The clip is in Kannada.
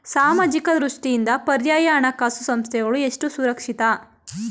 ಸಾಮಾಜಿಕ ದೃಷ್ಟಿಯಿಂದ ಪರ್ಯಾಯ ಹಣಕಾಸು ಸಂಸ್ಥೆಗಳು ಎಷ್ಟು ಸುರಕ್ಷಿತ?